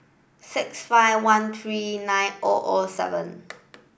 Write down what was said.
six five one three nine O O seven